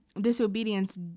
disobedience